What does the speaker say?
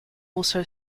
also